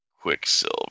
Quicksilver